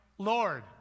Lord